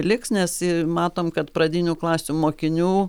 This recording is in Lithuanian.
liks nes matom kad pradinių klasių mokinių